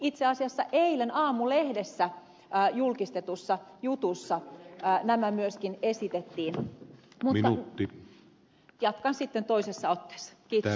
itse asiassa eilen aamulehdessä julkistetussa jutussa nämä myöskin esitettiin mutta jatkan sitten toisessa otteessa